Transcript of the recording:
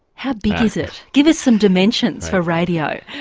how big is it? give us some dimensions for radio.